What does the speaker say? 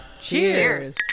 Cheers